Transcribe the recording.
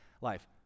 life